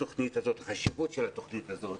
החשיבות של התוכנית הזאת